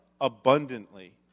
abundantly